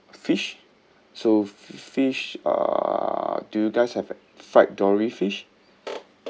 fish so fish uh do you guys have fried dory fish